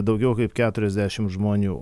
daugiau kaip keturiasdešim žmonių